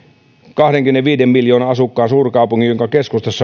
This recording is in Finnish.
kahdenkymmenenviiden miljoonan asukkaan suurkaupunki jonka lentokenttä